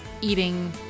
eating